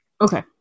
okay